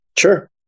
Sure